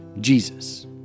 Jesus